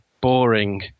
boring